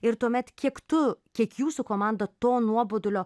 ir tuomet kiek tu kiek jūsų komanda to nuobodulio